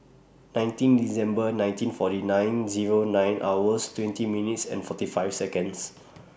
nineteen December nineteen forty nine Zero nine hours twenty minutes and forty five Seconds